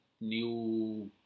new